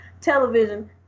television